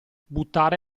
buttare